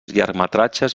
llargmetratges